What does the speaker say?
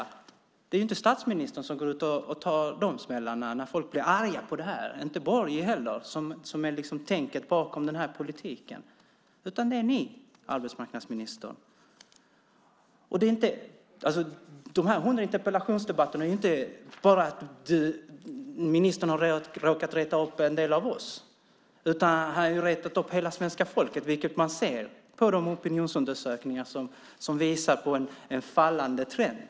Det är inte statsministern som går ut och tar smällarna när folk blir arga för sådant här, och det är inte Borg heller, som står för tänket bakom den här politiken, utan det är ni, arbetsmarknadsministern. De här 100 interpellationsdebatterna handlar inte bara om att ministern har råkat reta upp en del av oss. Han har retat upp hela svenska folket, vilket man ser i de opinionsundersökningar som visar på en fallande trend.